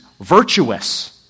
virtuous